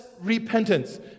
repentance